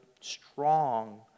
strong